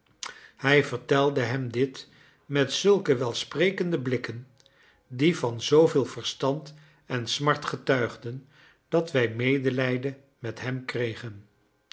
hij vertelde hem dit met zulke welsprekende blikken die van zooveel verstand en smart getuigden dat wij medelijden met hem kregen